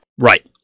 Right